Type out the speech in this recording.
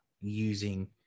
using